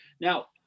Now